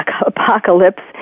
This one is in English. apocalypse